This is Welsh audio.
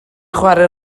chwarae